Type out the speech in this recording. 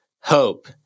hope